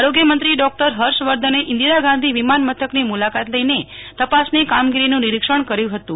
આરોગ્ય મંત્રી ડોકટર હર્ષવર્ધન ઈન્દિરા ગાંધી વિમાનમથકની મુલાકાત લઈને તપાસની કામગીરીનું નિરીક્ષણ કર્યું હતું